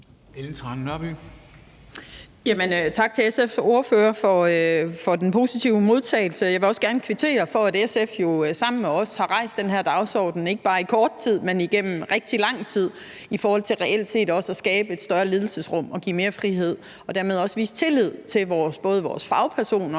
Tak til SF's ordfører for den positive modtagelse. Jeg vil også gerne kvittere for, at SF jo sammen med os har rejst den her dagsorden, ikke bare gennem kort tid, men gennem rigtig lang tid, i forhold til reelt at skabe et større ledelsesrum og give mere frihed og dermed også vise tillid til både vores fagpersoner,